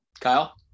Kyle